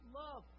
love